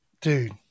Dude